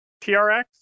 TRX